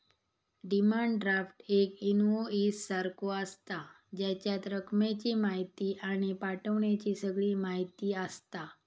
demand draft एक invoice सारखो आसता, जेच्यात रकमेची म्हायती आणि पाठवण्याची सगळी म्हायती आसता